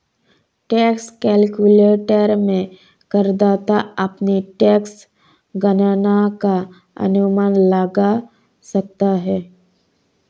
tax calculator में करदाता अपनी टैक्स गणना का अनुमान लगा सकता है